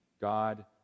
God